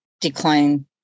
decline